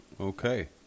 Okay